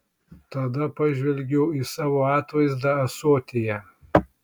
tada pažvelgiau į savo atvaizdą ąsotyje